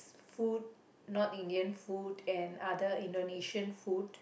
food non Indian food and other Indonesian food